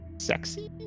sexy